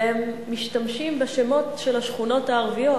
והם משתמשים בשמות של השכונות הערביות